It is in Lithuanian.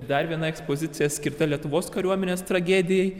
dar viena ekspozicija skirta lietuvos kariuomenės tragedijai